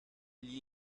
gli